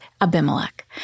Abimelech